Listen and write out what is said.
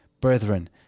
Brethren